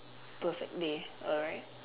perfect day alright